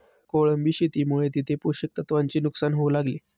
कोळंबी शेतीमुळे तिथे पोषक तत्वांचे नुकसान होऊ लागले